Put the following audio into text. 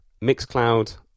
Mixcloud